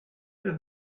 are